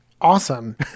awesome